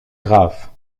graves